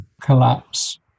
collapse